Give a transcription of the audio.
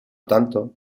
tanto